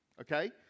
Okay